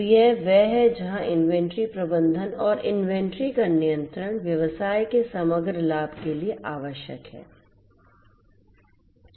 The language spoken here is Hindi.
तो यह वह है जहां इन्वेंट्री प्रबंधन और इन्वेंट्री का नियंत्रण व्यवसाय के समग्र लाभ के लिए आवश्यक है